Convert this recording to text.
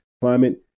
climate